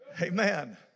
Amen